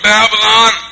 Babylon